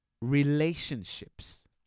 relationships